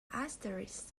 asterisk